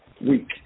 week